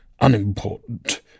unimportant